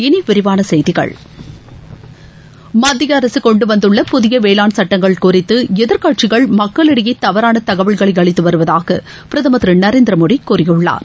இனி விரிவான செய்திகள் மத்திய அரசு கொண்டுவந்துள்ள புதிய வேளாண் சுட்டங்கள் குறித்து எதிர்க்கட்சிகள் மக்களிடையே தவறான தகவல்களை அளித்து வருவதாக பிரதமர் திரு நரேந்திர மோதி கூறியுள்ளார்